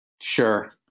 Sure